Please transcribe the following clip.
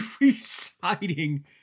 reciting